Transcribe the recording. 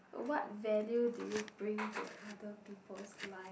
what value do you bring to other people's life